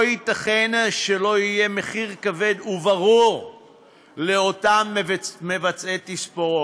לא ייתכן שלא יהיה מחיר כבד וברור לאותם מבצעי תספורות.